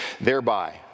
Thereby